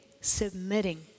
submitting